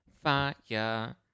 Fire